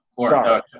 Sorry